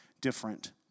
different